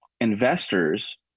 investors